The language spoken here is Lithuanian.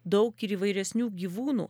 daug ir įvairesnių gyvūnų